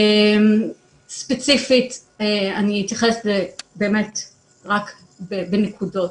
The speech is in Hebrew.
ספציפית אני אתייחס רק בנקודות.